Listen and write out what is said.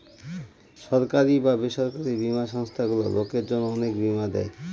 সরকারি বা বেসরকারি বীমা সংস্থারগুলো লোকের জন্য অনেক বীমা দেয়